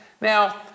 Now